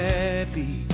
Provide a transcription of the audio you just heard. happy